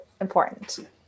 important